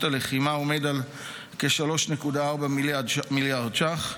הלחימה עומד על כ-3.4 מיליארד ש"ח.